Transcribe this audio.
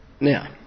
Now